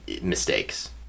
mistakes